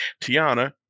Tiana